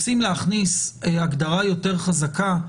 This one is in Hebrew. אם רוצים להכניס הגדרה יותר חזקה,